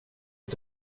att